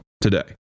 Today